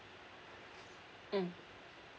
mm